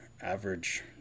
average